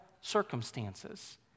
circumstances